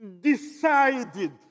decided